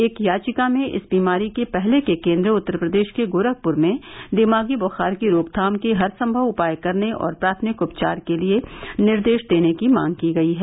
एक याचिका में इस बीमारी के पहले के केन्द्र उत्तरप्रदेश के गोरखपुर में दिमागी बुखार की रोकथाम के हरसंभव उपाय करने और प्राथमिक उपचार के लिए निर्देश देने की मांग की गई है